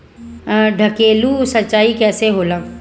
ढकेलु सिंचाई कैसे होला?